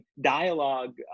dialogue